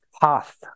path